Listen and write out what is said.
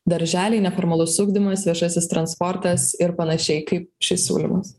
darželiai neformalus ugdymas viešasis transportas ir panašiai kaip šis siūlymas